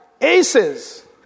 aces